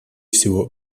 всего